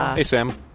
hey, sam.